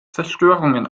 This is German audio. zerstörungen